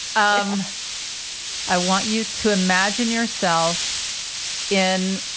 um i want you to imagine yourself in.